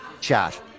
chat